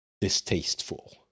distasteful